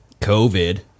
COVID